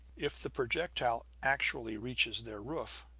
if the projectile actually reaches their roof.